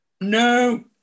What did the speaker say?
No